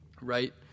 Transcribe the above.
right